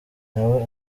nawe